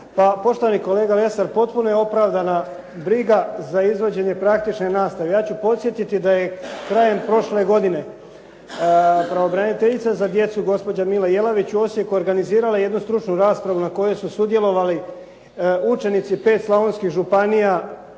poštovani kolega Lesar, potpuno je opravdana briga za izvođenje praktične nastave. Ja ću podsjetiti da je krajem prošle godine pravobraniteljica za djecu gospođa Mila Jelavić u Osijeku organizirala jednu stručnu raspravu na kojoj su sudjelovali učenici 5 slavonskih županija